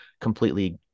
completely